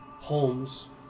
Homes